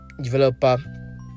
developer